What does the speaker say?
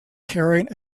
carrying